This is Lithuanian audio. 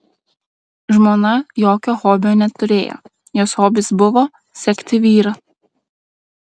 žmona jokio hobio neturėjo jos hobis buvo sekti vyrą